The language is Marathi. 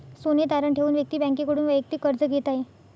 सोने तारण ठेवून व्यक्ती बँकेकडून वैयक्तिक कर्ज घेत आहे